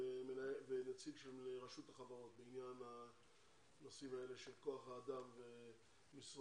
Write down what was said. ונציג של רשות החברות בעניין הנושאים האלה של כוח אדם ומשרות.